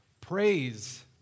Praise